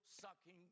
sucking